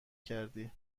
کردی